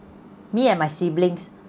me and my siblings